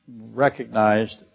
recognized